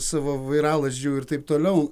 savo vairalazdžių ir taip toliau